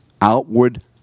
outward